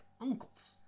uncles